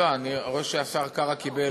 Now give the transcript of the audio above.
אני רואה שהשר קרא קיבל פתק.